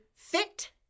Fit